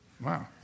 Wow